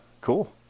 cool